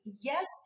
yes